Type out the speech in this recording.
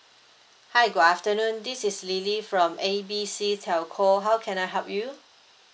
hi good afternoon this is lily from A B C telco how can I help you